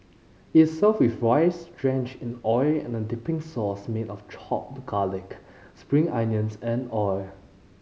is served with rice drenched in oil with a dipping sauce made of chopped garlic spring onions and oil